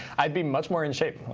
i'd be much more in shape.